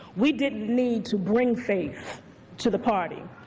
we didn't need to bring faith to the party.